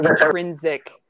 intrinsic